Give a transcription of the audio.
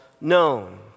known